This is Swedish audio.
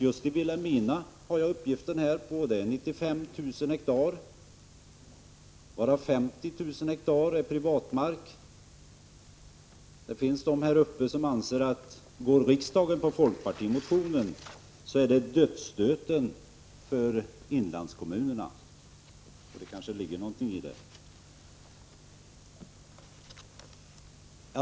Just i Vilhelmina finns det 95 000 hektar varav 50 000 hektar är privat mark. Det finns en del människor i Vilhelmina som anser att om riksdagen bifaller folkpartimotionen är det dödsstöten för inlandskommunerna. Det kanske ligger något i det.